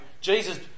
Jesus